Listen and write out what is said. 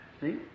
See